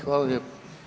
Hvala lijepo.